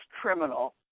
criminal